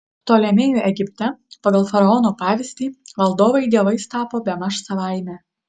ptolemėjų egipte pagal faraonų pavyzdį valdovai dievais tapo bemaž savaime